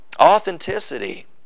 Authenticity